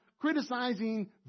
criticizing